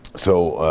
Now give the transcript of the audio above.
so,